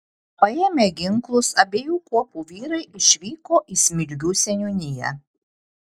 paėmę ginklus abiejų kuopų vyrai išvyko į smilgių seniūniją